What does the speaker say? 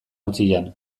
ontzian